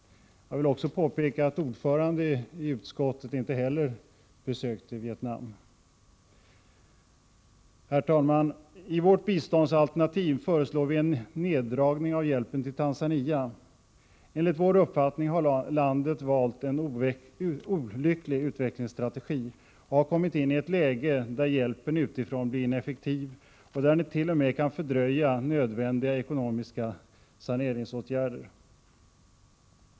Jag vill också påpeka att ordföranden i utskottet inte heller besökte Vietnam. Herr talman! I vårt biståndsalternativ föreslår vi en neddragning av hjälpen till Tanzania. Enligt vår uppfattning har landet valt en olycklig utvecklingsstrategi och har kommit in i ett läge där hjälpen utifrån blir ineffektiv och där den t.o.m. kan fördröja nödvändiga ekonomiska saneringsåtgärder.